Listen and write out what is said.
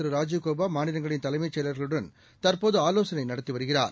திருராஜீவ் கௌபாமாநிலங்களின் தலைமைச் செயலர்களுடன் தற்போது ஆலோசனைநடத்திவருகிறார்